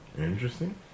Interesting